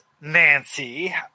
Nancy